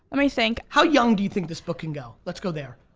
me think. how young do you think this book can go? let's go there.